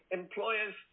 employers